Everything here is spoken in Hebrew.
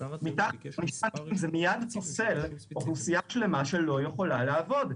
--- זה מייד פוסל אוכלוסייה שלמה שלא יכולה לעבוד.